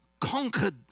Conquered